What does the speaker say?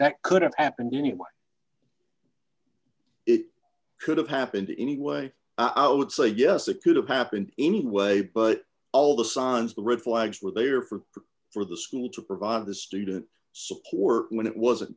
that could have happened anyway it could have happened anyway i would say yes it could have happened anyway but all the signs the red flags were there for for the school to provide the student support when it wasn't